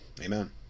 Amen